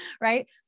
right